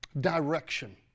direction